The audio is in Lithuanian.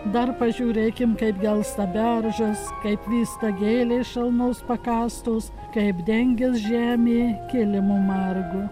dar pažiūrėkim kaip gelsta beržas kaip vysta gėlės šalnos pakąstos kaip dengias žemė kilimu margu